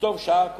וטוב שעה קודם.